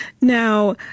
Now